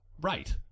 Right